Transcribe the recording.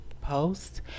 post